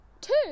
Two